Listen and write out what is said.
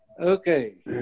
Okay